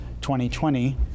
2020